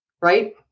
right